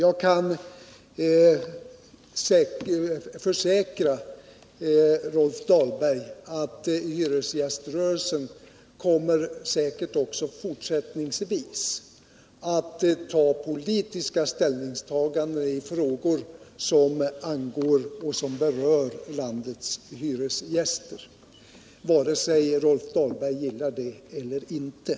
Jag kan försäkra Rolf Dahlberg att hyresgäströrelsen säkerligen även fortsättningsvis kommer att göra politiska ställningstaganden i frågor som Nr 155 berör landets hyresgäster, oavsett om Rolf Dahlberg gillar det eller inte.